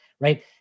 right